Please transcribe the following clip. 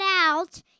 out